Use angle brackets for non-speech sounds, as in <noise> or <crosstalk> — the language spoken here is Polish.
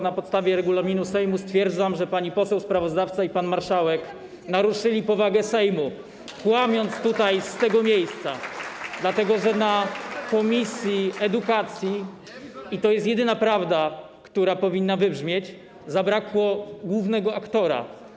Na podstawie regulaminu Sejmu stwierdzam, że pani poseł sprawozdawca i pan marszałek naruszyli powagę Sejmu, <applause> kłamiąc tutaj, z tego miejsca, dlatego że na posiedzeniu komisji edukacji - i to jest jedyna prawda, która powinna wybrzmieć - zabrakło głównego aktora.